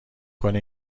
کنی